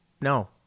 No